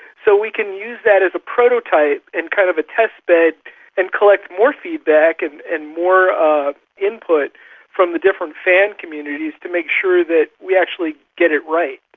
so we can use that as a prototype and kind of a test bed and collect more feedback and and more ah input from the different fan communities to make sure that we actually get it right.